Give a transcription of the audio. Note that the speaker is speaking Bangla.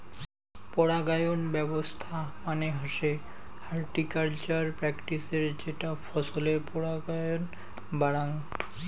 পরাগায়ন ব্যবছস্থা মানে হসে হর্টিকালচারাল প্র্যাকটিসের যেটা ফছলের পরাগায়ন বাড়াযঙ